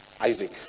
Isaac